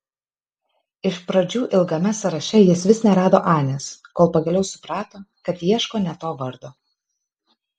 iš pradžių ilgame sąraše jis vis nerado anės kol pagaliau suprato kad ieško ne to vardo